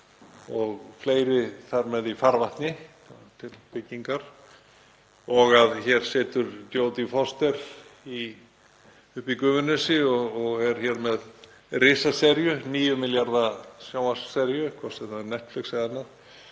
og fleiri þar með í farvatninu til byggingar, og að hér situr Jodie Foster uppi í Gufunesi og er hér með risaseríu, 9 milljarða sjónvarpsseríu, hvort sem það er Netflix eða annað,